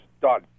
done